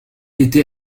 était